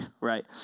right